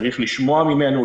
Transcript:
צריך לשמוע ממנו,